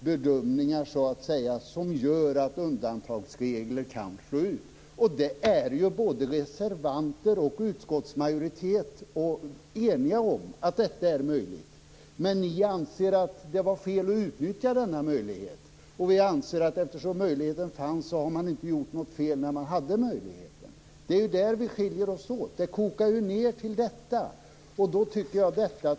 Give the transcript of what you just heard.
Bedömningar måste göras som innebär att undantagsregler kan användas. Reservanter och utskottsmajoritet är eniga om att det är möjligt. Men ni anser att det var fel att utnyttja den möjligheten. Vi anser att man inte har gjort något fel, eftersom möjligheten fanns. Det är där vi skiljer oss åt. Det kokar ned till det.